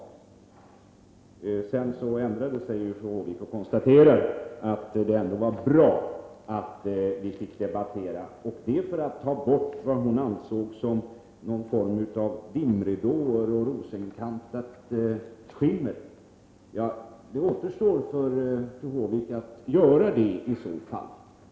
Sedan ändrade sig fru Håvik och konstaterade att det ändå var bra att vi fick debattera, och det för att ta bort vad hon ansåg vara någon form av dimridåer och rosenkantat skimmer. Ja, det återstår för fru Håvik att göra det i så fall.